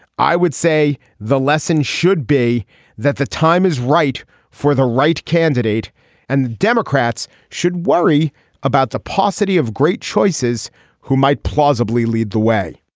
i would say the lesson should be that the time is right for the right candidate and the democrats should worry about the paucity of great choices who might plausibly lead the way